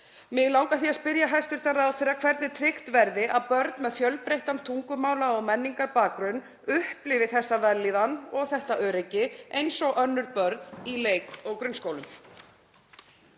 Mig langar því að spyrja hæstv. ráðherra hvernig tryggt verði að börn með fjölbreyttan tungumála- og menningarbakgrunn upplifi þessa vellíðan og þetta öryggi eins og önnur börn í leik- og grunnskólum.